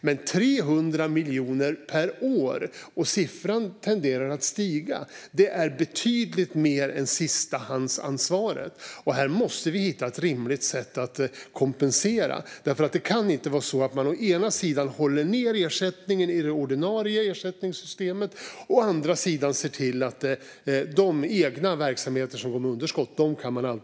Men 300 miljoner per år - och siffran tenderar att öka - är betydligt mer än sistahandsansvaret. Här måste vi hitta ett rimligt sätt att kompensera, för det kan inte vara så att man å ena sidan håller ned ersättningen i det ordinarie ersättningssystemet, å andra sidan ser till att man alltid kan kompensera de egna verksamheter som går med underskott.